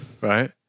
Right